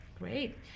Great